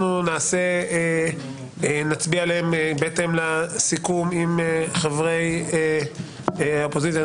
נצביע עליהם בהתאם לסיכום עם חברי האופוזיציה.